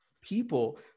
people